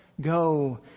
Go